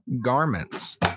Garments